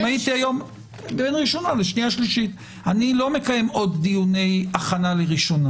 אני לא מקיים עוד דיוני הכנה לקריאה הראשונה.